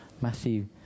Matthew